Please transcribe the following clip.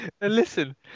listen